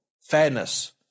fairness